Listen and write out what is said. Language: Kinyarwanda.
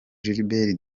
gilbert